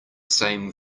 same